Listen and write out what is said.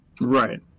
right